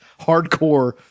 hardcore